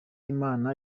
imana